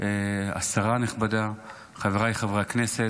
השרה הנכבדה, חבריי חברי הכנסת,